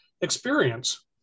experience